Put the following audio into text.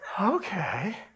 Okay